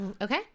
Okay